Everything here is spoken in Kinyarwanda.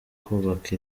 kubaka